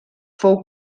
fou